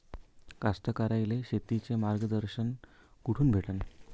कास्तकाराइले शेतीचं मार्गदर्शन कुठून भेटन?